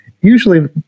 usually